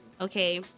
okay